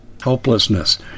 Helplessness